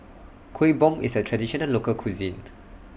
Kuih Bom IS A Traditional Local Cuisine